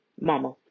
mama